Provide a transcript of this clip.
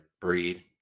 breed